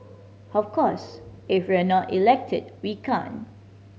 of course if we're not elected we can't